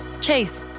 Chase